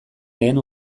lehen